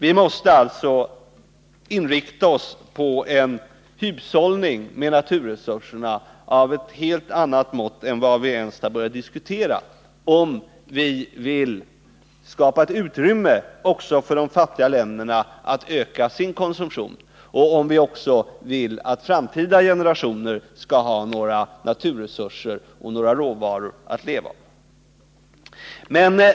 Vi måste alltså inrikta oss på en hushållning med naturresurserna av ett helt annat mått än vad vi ens har börjat diskutera, om vi vill skapa utrymme också för de fattiga länderna att öka sin konsumtion och om vi vill att framtida generationer skall ha några naturresurser och råvaror att leva av.